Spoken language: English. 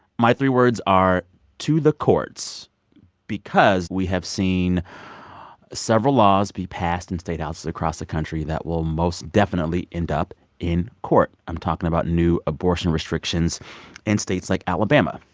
my three words are to the courts because we have seen several laws be passed in statehouses across the country that will most definitely end up in court. i'm talking about new abortion restrictions in states like alabama.